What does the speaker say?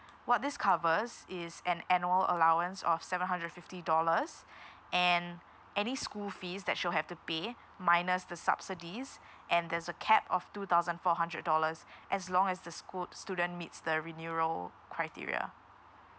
what this covers is an annual allowance of seven hundred fifty dollars and any school fees that she'll have to pay minus the subsidies and there's a cap of two thousand four hundred dollars as long as the schoo~ student meets the renewal criteria